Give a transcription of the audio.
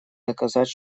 доказать